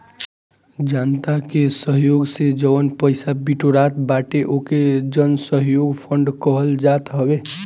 जनता के सहयोग से जवन पईसा बिटोरात बाटे ओके जनसहयोग फंड कहल जात हवे